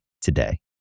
today